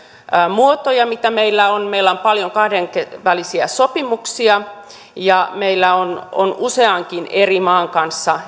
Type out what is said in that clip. muotoja mitä meillä on meillä on paljon kahdenvälisiä sopimuksia ja meillä on on useankin eri maan kanssa